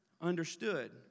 understood